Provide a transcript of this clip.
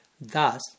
Thus